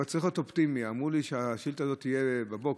אדוני השר,